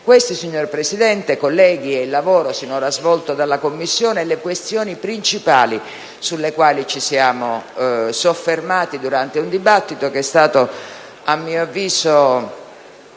Signor Presidente, colleghi, questi sono il lavoro sinora svolto dalla Commissione e le questioni principali sulle quali ci siamo soffermati durante il dibattito, che è stato, a mio avviso,